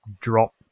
drop